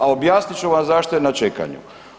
A objasnit ću vam zašto je na čekanju.